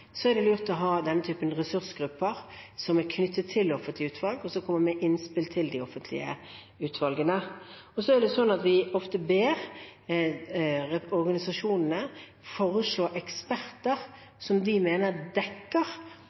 er det lurt å ha den typen ressursgrupper som er knyttet til offentlige utvalg, og som kommer med innspill til de offentlige utvalgene. Så ber vi ofte organisasjonene foreslå eksperter som de mener dekker